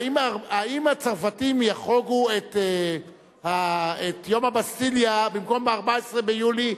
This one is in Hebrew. האם הצרפתים יחוגו את יום הבסטיליה במקום ב-14 ביולי,